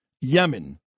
Yemen